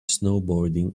snowboarding